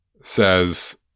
says